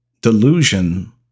delusion